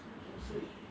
看着办吧